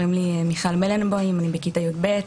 אני בכיתה י"ב,